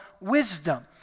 wisdom